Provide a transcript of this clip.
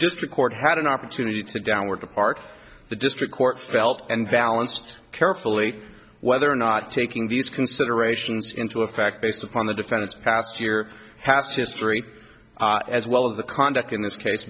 district court had an opportunity to downward depart the district court felt and balanced carefully whether or not taking these considerations into a fact based upon the defendant's past year past history as well as the conduct in this case